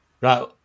Right